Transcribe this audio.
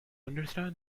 understand